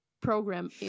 program